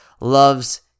loves